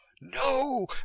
no